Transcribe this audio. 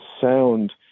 sound